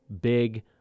big